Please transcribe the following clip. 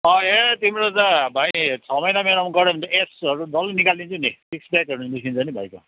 ए तिम्रो त भाइ छ महिना मेरोमा गऱ्यौ भने त एब्सहरू डल्लो निकालिदिन्छु नि सिक्स प्याकहरू निस्किन्छ नि भाइको